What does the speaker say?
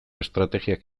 estrategiak